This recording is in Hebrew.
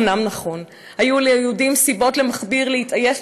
אומנם נכון, היו ליהודים סיבות למכביר להתעייף